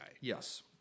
Yes